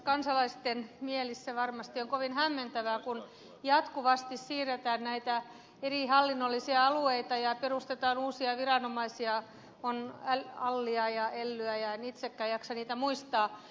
kansalaisten mielestä varmasti on kovin hämmentävää kun jatkuvasti siirretään näitä eri hallinnollisia alueita ja perustetaan uusia viranomaisia on allia ja ellyä ja en itsekään jaksa niitä muistaa